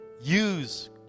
use